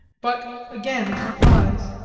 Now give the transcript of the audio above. but again a surprise,